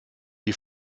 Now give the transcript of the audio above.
die